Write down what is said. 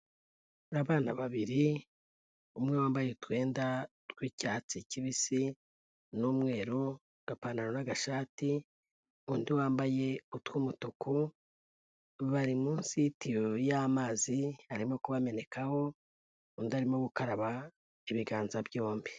Abana babiri, umwe wambaye utwenda tw'icyatsi kibisi n'umweru, agapantaro n'agashati, undi wambaye utw'umutuku, bari munsi y'itiyo y'amazi arimo kubamenekaho, undi arimo gukaraba ibiganza byombi.